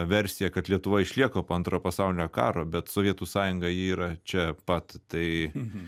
versija kad lietuva išlieka po antrojo pasaulinio karo bet sovietų sąjunga ji yra čia pat tai